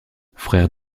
frère